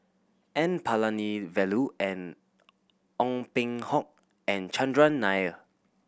N Palanivelu and Ong Peng Hock and Chandran Nair